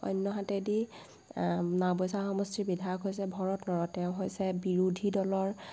অন্যহাতেদি নাওবৈচা সমষ্টিৰ বিধায়ক হৈছে ভৰত নৰহ তেওঁ হৈছে বিৰোধী দলৰ